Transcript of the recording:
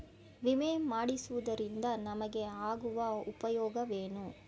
ವಿಮೆ ಮಾಡಿಸುವುದರಿಂದ ನಮಗೆ ಆಗುವ ಉಪಯೋಗವೇನು?